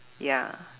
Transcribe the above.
ya